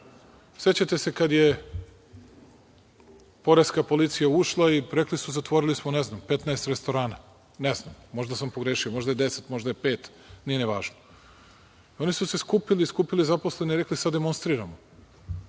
Sećate se kad je poreska policija ušla i rekli su, zatvorili smo, ne znam 15 restorana. Ne znam, možda sam pogrešio, možda je 10, možda je pet. Nije ni važno. Oni su se skupili, skupili zaposlene i rekli sada demonstriramo.